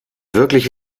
wirklich